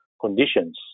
conditions